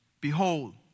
behold